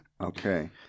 Okay